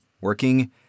working